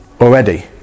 already